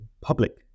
public